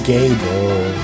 Gable